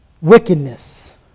Wickedness